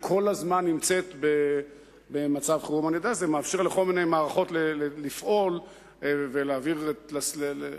אני יודע שזה מאפשר לכל מיני מערכות לפעול ולהעביר את פעולותיהן,